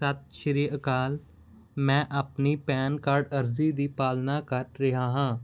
ਸਤਿ ਸ੍ਰੀ ਅਕਾਲ ਮੈਂ ਆਪਣੀ ਪੈਨ ਕਾਰਡ ਅਰਜ਼ੀ ਦੀ ਪਾਲਣਾ ਕਰ ਰਿਹਾ ਹਾਂ